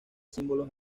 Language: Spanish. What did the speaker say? símbolos